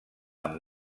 amb